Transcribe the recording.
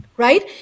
Right